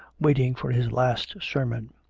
waiting for his last sermon.